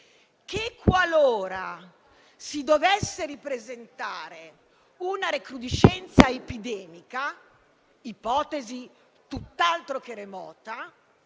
Qualora si dovesse ripresentare una recrudescenza epidemica (ipotesi tutt'altro che remota),